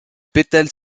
pétales